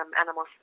animals